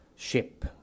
ship